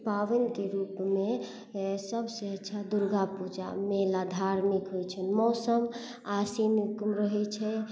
पाबनिके रूपमे सबसे अच्छा दुर्गा पूजा मेला धार्मिक होइ छै मौसम आसिन रहै छै